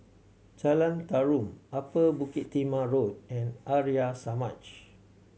Jalan Tarum Upper Bukit Timah Road and Arya Samaj